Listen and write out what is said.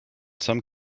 some